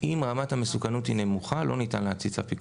--- אם רמת המסוכנות היא נמוכה לא ניתן להוציא צו פיקוח.